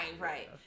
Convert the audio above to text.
right